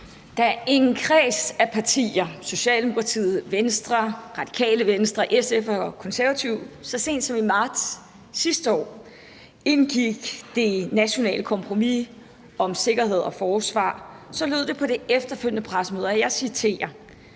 Da en kreds af partier – Socialdemokratiet, Venstre, Radikale Venstre, SF og Konservative – så sent som i marts sidste år indgik det nationale kompromis om sikkerhed og forsvar, lød det sådan på det efterfølgende pressemøde: »Det her,